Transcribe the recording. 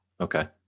Okay